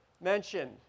mentioned